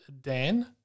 Dan